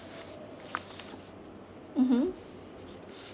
mmhmm